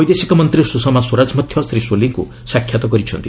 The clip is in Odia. ବୈଦେଶିକ ମନ୍ତ୍ରୀ ସୁଷମା ସ୍ୱରାଜ ମଧ୍ୟ ଶ୍ରୀ ସୋଲିଙ୍କୁ ସାକ୍ଷାତ କରିଛନ୍ତି